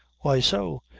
why so?